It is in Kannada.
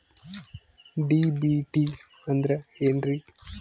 ಡಿ.ಬಿ.ಟಿ ಅಂದ್ರ ಏನ್ರಿ?